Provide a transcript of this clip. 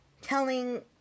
telling